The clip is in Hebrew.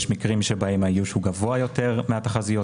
יש מקרים בהם האיוש הוא גבוה יותר מהתחזיות,